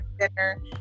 dinner